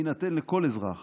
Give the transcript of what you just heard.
יינתן לכל אזרח